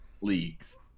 leagues